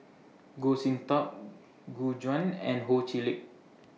Goh Sin Tub Gu Juan and Ho Chee Lick